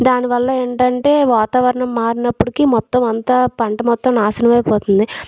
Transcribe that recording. దాని వల్ల ఏంటంటే వాతావరణం మారినప్పటికీ మొత్తం అంతా పంట మొత్తం నాశనం అయిపోతుంది